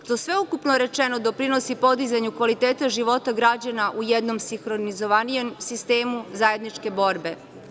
Što sve ukupno rečeno doprinosi podizanju kvaliteta života građana u jednom sinhronizovanijem sistemu zajedničke borbe.